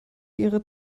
ihre